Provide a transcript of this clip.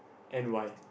and why